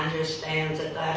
understands that that